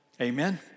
Amen